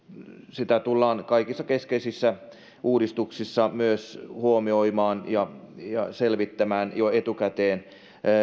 arvoa tullaan myös kaikissa keskeisissä uudistuksissa huomioimaan ja selvittämään jo etukäteen